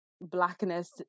blackness